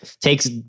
Takes